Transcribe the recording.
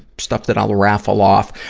stuff that i'll raffle off.